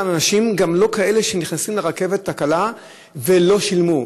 וגם לא על כאלה שנכנסים לרכבת הקלה ולא שילמו.